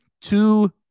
two